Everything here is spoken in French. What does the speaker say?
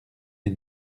les